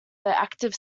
active